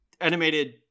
animated